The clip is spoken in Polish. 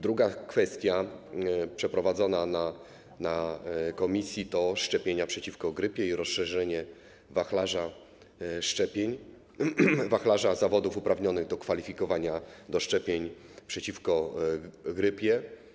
Druga kwestia omawiana w komisji to szczepienia przeciwko grypie i rozszerzenie wachlarza szczepień, wachlarza zawodów uprawnionych do kwalifikowania do szczepień przeciwko grypie.